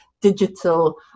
digital